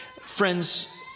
Friends